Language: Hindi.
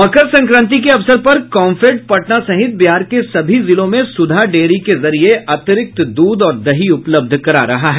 मकर संक्रांति के अवसर पर कॉम्फेड पटना सहित बिहार के सभी जिलों में सुधा डेयरी के जरिये अतिरिक्त दूध और दही उपलब्ध करा रहा है